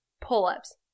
pull-ups